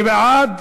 מי בעד?